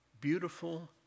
beautiful